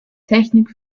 technik